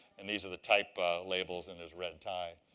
and these are the type labels in his red tie.